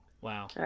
wow